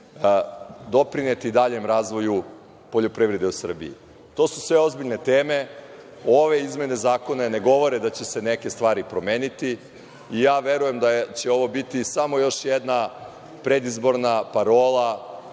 doprineti daljem razvoju poljoprivrede u Srbiji? To su sve ozbiljne teme. Ove izmene zakona ne govore da će se neke stvari promeniti i ja verujem da će ovo biti samo još jedna predizborna parola